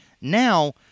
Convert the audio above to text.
Now